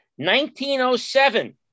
1907